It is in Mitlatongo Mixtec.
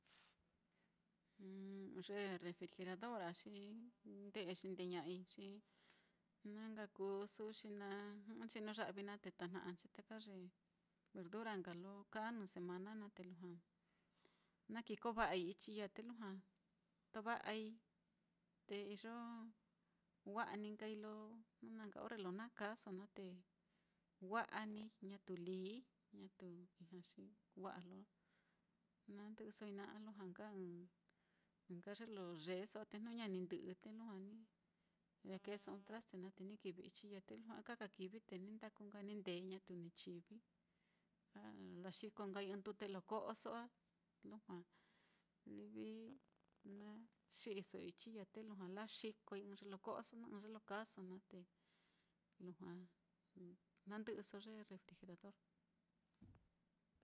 ye refrigerador á, xi nde'e xindeña'ai, xi na nka kuu su'u xi na jɨ'ɨnchi nuu ya'vi naá te tajna'anchi taka ye verdura lo kaa nɨ semana naá, te lujua na kikova'ai ichii ya á, te lujua tova'ai te iyo wa'a ni nkai lo jnu na nka orre lo na kaaso naá te wa'a ní ñatu līī, ñatu ijña xi wa'a lo nandɨ'ɨsoi naá, a lujua nka ɨ́ɨ́n ye lo yeeso á, te jnu ña ni ndɨ'ɨ te lujua ni lakeeso ɨ́ɨ́n traste naá te ni kivi ichii ya á, te lujua ɨka ka kivi te ni ndaku nka ni ndee ñatu nka ni chivi a laxiko nkai ɨ́ɨ́n ndute nka lo ko'oso á, lujua livi na xi'iso ichii ya á, te lujua laxikoi ɨ́ɨ́n ye lo ko'oso naá, ɨ́ɨ́n ye lo kaaso naá, te lujua nandɨ'ɨso ye refrigerador naá.